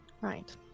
right